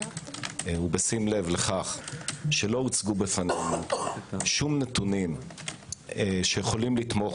בשים לב לכך שלא הוצגו בפניי שום נתונים שיכולים לתמוך